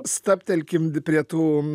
stabtelkim prie tų